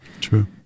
True